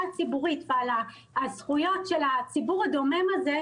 הציבורית ועל הזכויות של הציבור הדומם הזה,